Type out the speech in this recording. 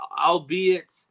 albeit